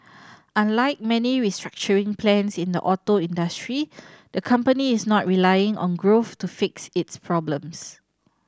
unlike many restructuring plans in the auto industry the company is not relying on growth to fix its problems